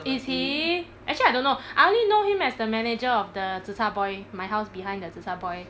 is he actually I don't know I only know him as the manager of the zi char boy my house behind 的 zic har boy